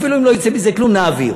אפילו אם לא יצא מזה כלום נעביר.